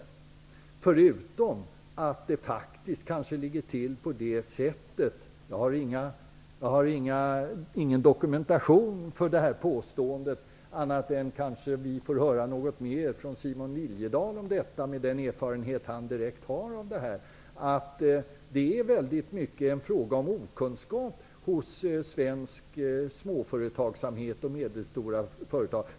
Dessutom är det kanske så -- jag har ingen dokumentation för påståendet, annat än att vi kanske får höra något mer från Simon Liliedahl mot bakgrund av hans erfarenhet -- att det är fråga om okunskap hos svensk småföretagsamhet och medelstora företag.